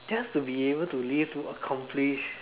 just to be able to live to accomplish